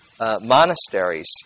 monasteries